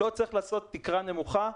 לא צריך לעשות תקרה נמוכה,